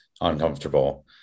uncomfortable